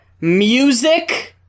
music